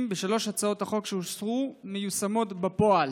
בשלוש הצעות החוק שאושרו מיושמים בפועל.